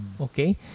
Okay